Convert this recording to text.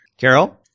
carol